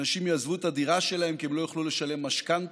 אנשים יעזבו את הדירה שלהם כי הם לא יוכלו לשלם משכנתה,